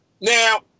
Now